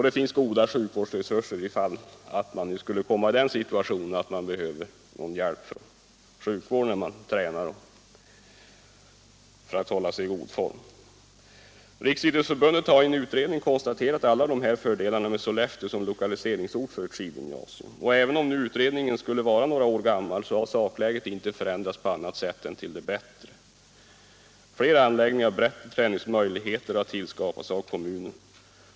Det finns goda sjukvårdsresurser, ifall man skulle komma i den situationen att man behöver sjukvård när man tränar eller för att hålla sig i god form. Riksidrottsförbundet har i en utredning konstaterat alla de här fördelarna med Sollefteå som lokaliseringsort för ett skidgymnasium. Även om utredningen är några år gammal har sakläget inte ändrats på annat sätt än till det bättre. Fler anläggningar och bättre träningsmöjligheter har tillskapats av kommunen.